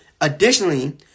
additionally